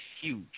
huge